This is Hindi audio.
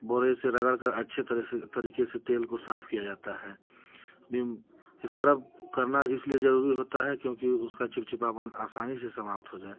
बोरे से रगड़कर अच्छी तरह से तरीके से तेल को साफ किया जाता है विम स्क्रब करना इसलिए ज़रूरी होता है क्योंकि उसका चिपचिपापन आसानी से समाप्त हो जाए